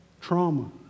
trauma